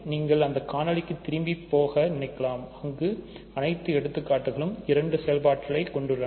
நீங்கள் அந்த காணொளிக்கு திரும்ப போக நினைக்கலாம்அங்கு அனைத்து எடுத்துக்கட்டுகளும் இரண்டு செயல்பாட்டை கொண்டுள்ளன